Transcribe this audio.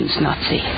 Nazi